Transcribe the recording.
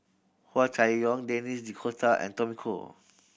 Hua Chai Yong Denis D'Cotta and Tommy Koh